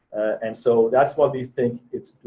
and so that's why we think it's